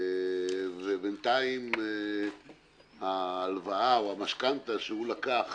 ובינתיים ההלוואה או המשכנתה שהוא לקח